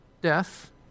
death